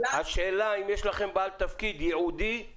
האם יש לכם בעל תפקיד ייעודי